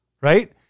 right